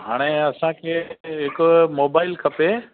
हाणे असांखे हिकु मोबाइल खपे